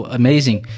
amazing